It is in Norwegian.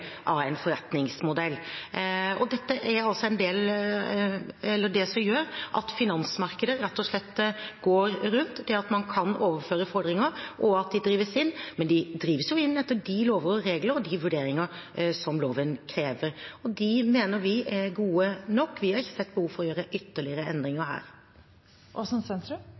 av en forretningsmodell. Dette er altså det som gjør at finansmarkedet rett og slett går rundt, det at man kan overføre fordringer, og at de drives inn. Men de drives inn etter de lover, regler og vurderinger som loven krever. Og de mener vi er gode nok, vi har ikke sett behov for å gjøre ytterligere endringer her. Da er nok Arbeiderpartiet og